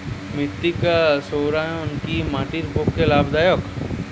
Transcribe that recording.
মৃত্তিকা সৌরায়ন কি মাটির পক্ষে লাভদায়ক?